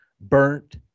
Burnt